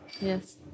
Yes